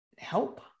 help